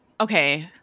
okay